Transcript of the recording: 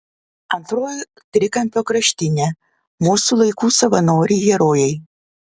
antroji trikampio kraštinė mūsų laikų savanoriai herojai